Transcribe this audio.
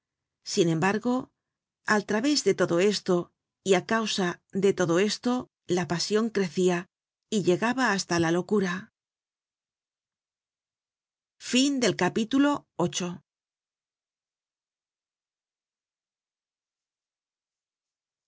sin embargo al través de todo esto y á causa de todo esto la pasion crecia y llegaba hasta la locura